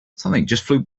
something